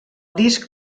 disc